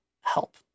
help